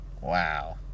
wow